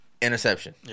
interception